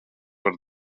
var